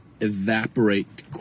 evaporate